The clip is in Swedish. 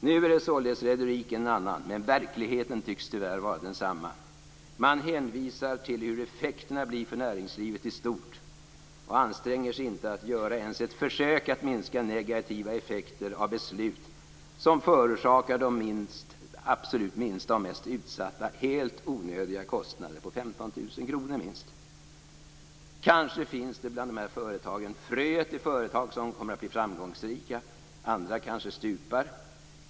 Nu är således retoriken en annan, men verkligheten tycks tyvärr vara densamma. Man hänvisar till hur effekterna blir för näringslivet i stort och anstränger sig inte ens att göra ett försök att minska negativa effekter av beslut som förorsakar de absolut minsta och mest utsatta helt onödiga kostnader på minst 15 000 kr. Kanske finns det bland dessa småföretag fröet till företag som kommer att bli framgångsrika. Andra kanske stupar.